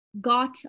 got